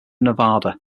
nevada